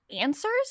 answers